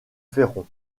féron